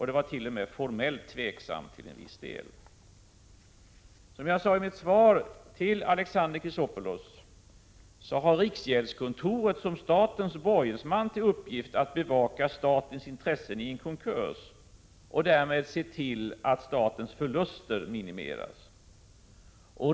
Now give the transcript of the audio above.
Det var t.o.m. formellt tveksamt till en viss del. Som jag sade i mitt svar till Alexander Chrisopoulos har riksgäldskontoret, som statens borgensman, till uppgift att bevaka statens intressen i en konkurs och därmed se till att statens förluster minimeras.